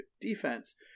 defense